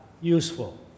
useful